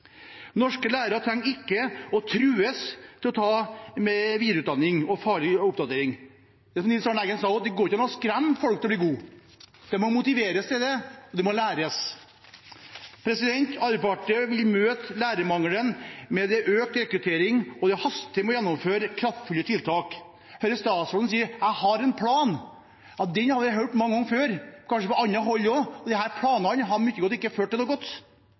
Norske lærere trenger ikke trues til å ta videreutdanning og faglig oppdatering. Som Nils Arne Eggen sa: Det går ikke an å skremme folk til å bli gode. De må motiveres til det, og det må læres. Arbeiderpartiet vil møte lærermangelen med økt rekruttering, og det haster med å gjennomføre kraftfulle tiltak. Jeg hører statsråden si: Jeg har en plan. Den har vi hørt mange ganger før, kanskje fra annet hold også. Disse planene har ikke ført til noe godt.